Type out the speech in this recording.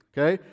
Okay